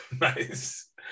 nice